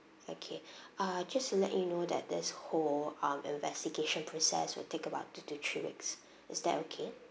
okay uh just to let you know that this whole um investigation process will take about two to three weeks is that okay